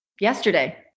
Yesterday